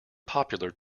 popular